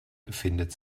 befindet